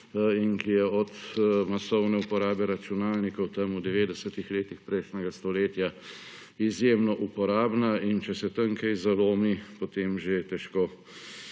in ki je od masovne uporabe računalnikov tam v 90-ih letih prejšnjega stoletja izjemno uporabna. In če se tam kaj zalomi, potem že težko